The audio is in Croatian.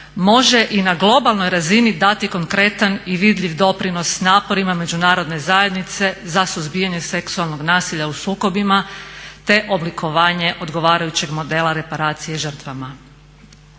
može i na globalnoj razini dati konkretan i vidljiv doprinos naporima Međunarodne zajednice za suzbijanje seksualnog nasilja u sukobima, te oblikovanje odgovarajućeg modela reparacije žrtvama.